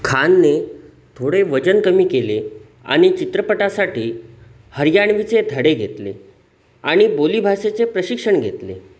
खानने थोडे वजन कमी केले आणि चित्रपटासाठी हरियाणवीचे धडे घेतले आणि बोलीभाषेचे प्रशिक्षण घेतले